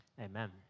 Amen